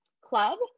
club